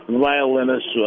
violinist